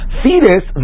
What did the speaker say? fetus